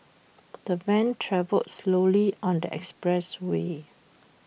the van travelled slowly on the expressway